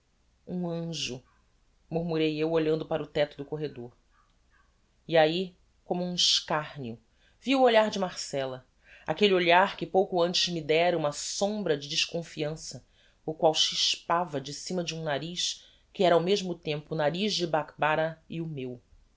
um anjo murmurei eu olhando para o tecto do corredor e ahi como um escarneo vi o olhar de marcella aquelle olhar que pouco antes me dera uma sombra de desconfiança o qual chispava de cima de um nariz que era ao mesmo tempo o nariz de bakbarah e o meu